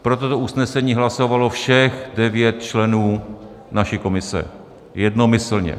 Pro toto usnesení hlasovalo všech devět členů naší komise jednomyslně.